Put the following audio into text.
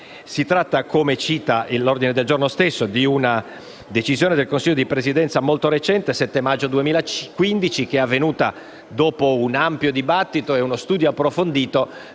Si tratta - come dice l'ordine del giorno stesso - di una decisione del Consiglio di Presidenza molto recente (7 maggio 2015), che è avvenuta dopo un ampio dibattito e uno studio approfondito.